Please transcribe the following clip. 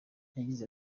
yagize